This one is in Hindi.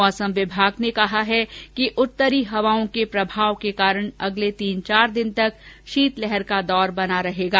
मौसम विभाग ने कहा है कि उत्तरी हवाओं के प्रभाव के कारण अगले तीन चार दिन तक शीतलहर का दौर बना रहेगा